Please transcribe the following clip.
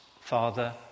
Father